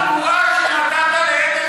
זו התמורה שנתת לאדלסון,